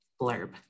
blurb